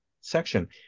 section